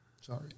Sorry